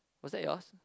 was that yours